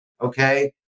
Okay